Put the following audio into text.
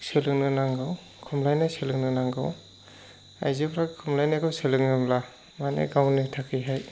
सोलोंनो नांगौ खमलायनाय सोलोंनो नांगौ आइजोफोरा खमलायनाखौ सोलोङोब्ला माने गावनि थाखायहाय